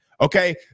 Okay